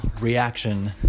reaction